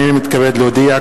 הנני מתכבד להודיע,